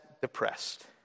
depressed